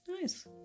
nice